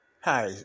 Hi